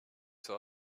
zur